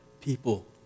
people